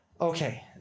okay